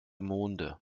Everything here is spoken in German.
monde